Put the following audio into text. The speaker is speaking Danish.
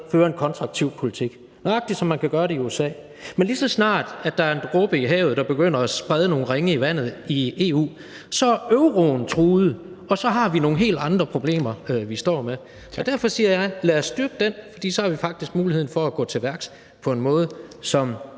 steder en kontraktiv politik – nøjagtig som man kan gøre det i USA. Men lige så snart der er en dråbe i havet, der begynder at sprede nogle ringe i vandet i EU, så er euroen truet, og så står vi med nogle helt andre problemer. Derfor siger jeg: Lad os styrke den, for så har vi faktisk muligheden for at gå til værks på en måde, som